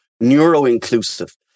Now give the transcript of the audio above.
neuro-inclusive